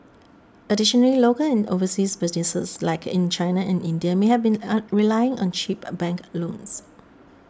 additionally local and overseas businesses like in China and India may have been on relying on cheap bank loans